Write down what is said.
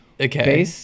Okay